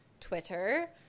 Twitter